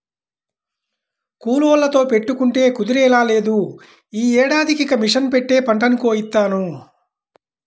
కూలోళ్ళతో పెట్టుకుంటే కుదిరేలా లేదు, యీ ఏడాదికి ఇక మిషన్ పెట్టే పంటని కోయిత్తాను